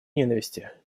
ненависти